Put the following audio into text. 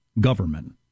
government